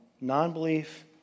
non-belief